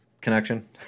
connection